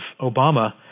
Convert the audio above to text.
Obama